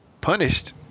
punished